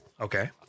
Okay